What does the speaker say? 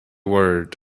word